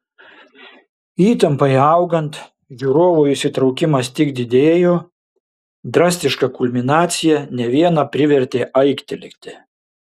įtampai augant žiūrovų įsitraukimas tik didėjo drastiška kulminacija ne vieną privertė aiktelėti